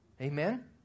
Amen